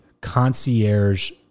concierge